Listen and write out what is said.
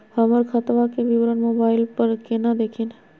हमर खतवा के विवरण मोबाईल पर केना देखिन?